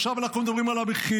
עכשיו אנחנו מדברים על המחיר,